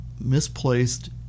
misplaced